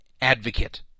advocate